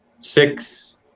six